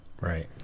Right